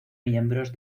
miembros